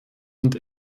und